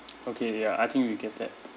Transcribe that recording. okay ya I think we'll get that